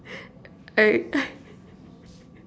alright